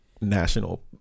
national